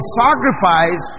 sacrifice